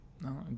No